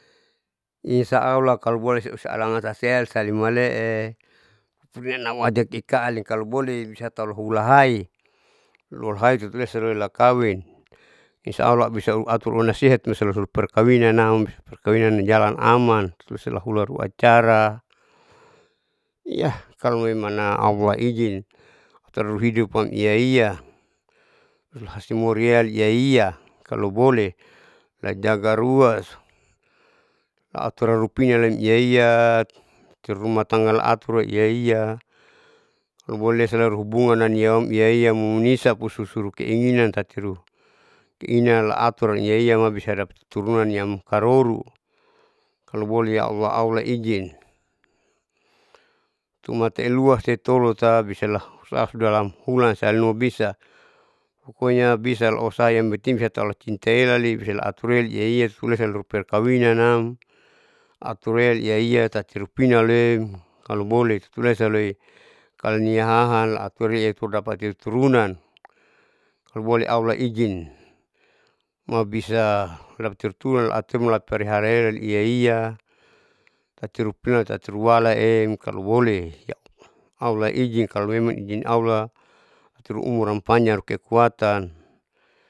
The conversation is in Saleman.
Insya allah kaloboleh siusaalangan sasela salimualee sibinaauahajati kaalin kaloboleh inbisatau hula hain luhulaain tuturina ulaesa lakawin, insya allah bisa uatur unasihatti usaperkawinannam perkawinan nijalan aman usilahuralu acara kalomoi mana allah ijin taruhidupam iaia hulahasimotiam hia hia kaloboleh laijaga ruaso atura lupiname iyaiya tati rumatanga aaturam iaia, kaloboleh lesayahubungan yauem iya iya lamunisa pususuru keinginan tatiru keinginan laaturam iaiama bisa dapati turunan yang karoru, kaloboleh yaallah allah ijin tumata elua setolo tabisala saudalam hulan sali nua bisa pokoknya bisa lausahayang penting bisa lauusaha saelali usaha laati pupurina emaiaia esalu perkawinan nam aturlea iaia tati rupinalem kaloboleh lesa loi kalania hahan laatur yeaudapati kuturunan, kalo boleh allah ijin mabisa dapati tulan atehataerali iaia tati rupinan tati ruala em kaloboleh allah ijin kalomemang ijin allah truumuram panjang tukekuatan